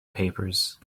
papers